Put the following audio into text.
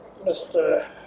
Mr